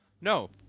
No